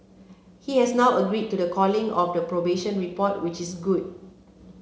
he has now agreed to the calling of the probation report which is good